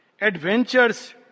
Adventures